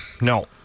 No